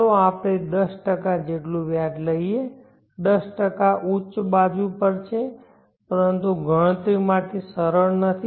ચાલો આપણે 10 જેટલું વ્યાજ લઈએ 10 ઉચ્ચ બાજુ પર છે પરંતુ ગણતરી માટે સરળ નથી